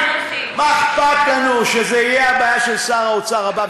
מה אכפת לנו שזו תהיה הבעיה של שר האוצר הבא,